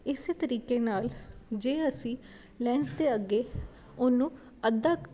ਇਸੇ ਤਰੀਕੇ ਨਾਲ ਜੇ ਅਸੀਂ ਲੈਂਸ ਦੇ ਅੱਗੇ ਉਹਨੂੰ ਅੱਧਾ